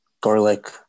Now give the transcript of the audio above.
garlic